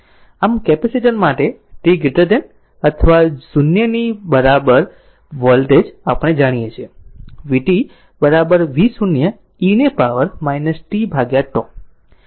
આમ કેપેસિટર માટે t અથવા 0 ની બરાબર વોલ્ટેજ આપણે જાણીએ છીએ v t V0 e ને પાવર t τ